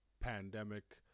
pandemic